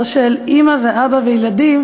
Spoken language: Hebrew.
זו של אימא ואבא וילדים,